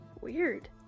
Weird